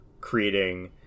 creating